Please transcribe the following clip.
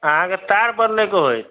अहाँके तार बदलै के होइत